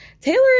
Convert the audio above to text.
Taylor